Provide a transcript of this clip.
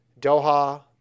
Doha